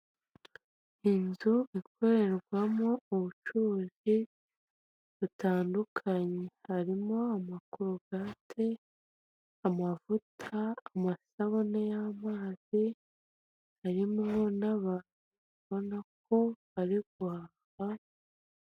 Inzu ikorerwamo ubucuruzi butandukanye harimo: amakorogarate, amavuta, amasabune y'amazi, harimo n'abantu ubona ko bari guhaha.